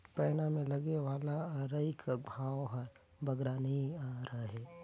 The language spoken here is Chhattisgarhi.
पैना मे लगे वाला अरई कर भाव हर बगरा नी रहें